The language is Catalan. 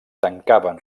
tancaven